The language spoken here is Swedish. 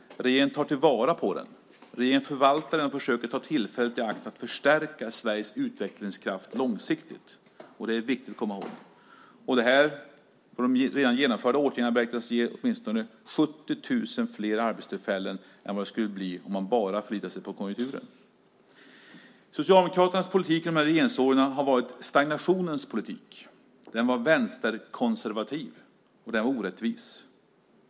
Regeringen tar till vara den. Regeringen förvaltar den och försöker ta tillfället i akt att förstärka Sveriges utvecklingskraft långsiktigt. Det är viktigt att komma ihåg. Och de redan genomförda åtgärderna beräknas ge åtminstone 70 000 fler arbetstillfällen än om man bara skulle förlita sig på konjunkturen. Socialdemokraternas politik under regeringsåren har varit stagnationens politik. Den var vänsterkonservativ, och den var orättvis.